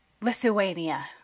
Lithuania